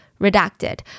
redacted